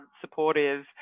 supportive